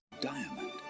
Diamond